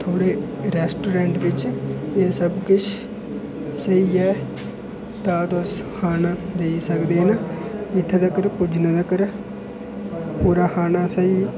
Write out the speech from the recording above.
थुआढ़ै रैस्टोरैंट बिच एह् सब किश स्हेई ऐ तां तुस खाना देई सकदे ओ इत्थै तक्कर पुज्जने तक्कर पूरा खाना स्हेई